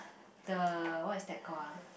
the what is that called ah